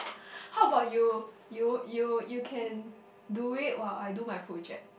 how about you you you you can do it while I do my project